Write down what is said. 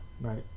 Right